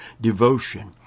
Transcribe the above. devotion